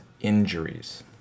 injuries